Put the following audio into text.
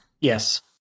yes